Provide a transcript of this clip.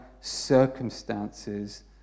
circumstances